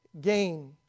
gain